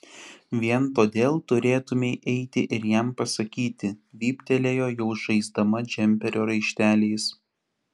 vien todėl turėtumei eiti ir jam pasakyti vyptelėjo jau žaisdama džemperio raišteliais